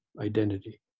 identity